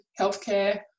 healthcare